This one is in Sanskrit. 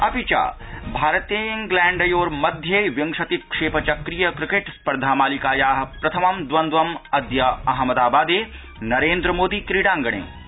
अपि चान्ते भारतेंग्लैण्डयोर्मध्ये विंशति क्षेप चक्रीय क्रिकेट् स्पर्धा मालिकायाः प्रथमं द्वन्द्वम् अद्य अहमदाबादे नोन्द्र मोदि क्रीडाङ्गणे आयोज्यते